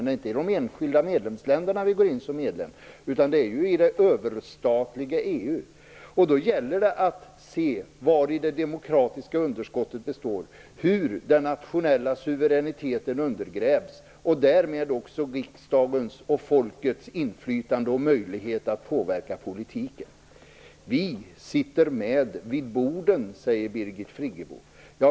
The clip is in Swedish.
Det är inte i de enskilda länderna som vi går in som medlem, utan i det överstatliga EU. Då gäller det att se vari det demokratiska underskottet består, hur den nationella suveräniteten undergrävs och därmed också riksdagens och folkets inflytande och möjlighet att påverka politiken. Vi sitter med vid borden, säger Birgit Friggebo.